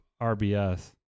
RBS